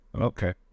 okay